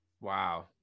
Wow